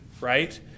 right